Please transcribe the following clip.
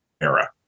era